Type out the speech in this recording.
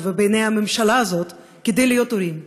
ובעיני הממשלה הזאת כדי להיות הורים.